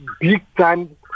big-time